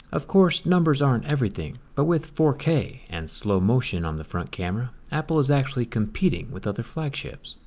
of course numbers aren't everything, but with four k and so motion on the front camera, apple is actually competing with other flagships.